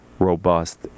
robust